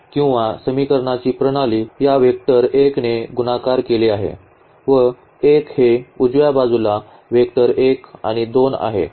तर x हे 1 ने गुणाकार केले आहे आणि वजा 1 आणि y हे वजा 1 ने गुणाकार केले आहे व 1 हे उजव्या बाजूला वेक्टर 1 आणि 2 आहे